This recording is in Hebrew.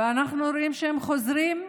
וכשהם חוזרים,